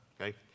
okay